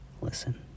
Listen